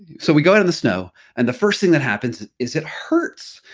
so we go in the snow and the first thing that happened is it hurts.